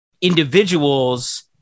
individuals